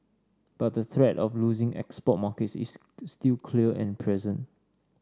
but the threat of losing export markets is still clear and present